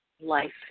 life